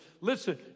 Listen